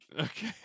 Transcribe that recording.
Okay